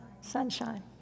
Sunshine